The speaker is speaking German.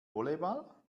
volleyball